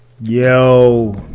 Yo